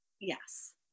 Yes